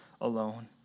alone